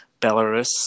Belarus